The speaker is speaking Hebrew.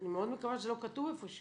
אני מאוד מקווה שזה לא כתוב איפשהו.